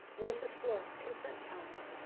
mrs. fluor. consent calendar.